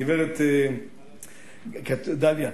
גברת דליה,